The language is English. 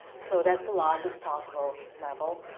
so that's the largest possible level.